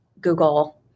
Google